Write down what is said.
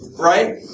right